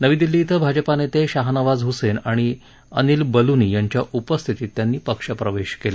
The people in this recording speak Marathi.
नवी दिल्ली भाजपा नेते शाहनवाज हुसेन आणि अनिल बलुनी यांच्या उपस्थितीत त्यांनी पक्षप्रवेश केला